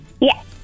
Yes